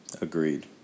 Agreed